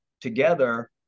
together